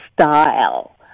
style